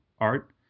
Art